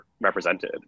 represented